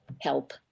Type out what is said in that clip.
help